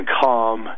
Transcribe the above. calm